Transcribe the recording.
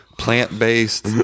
plant-based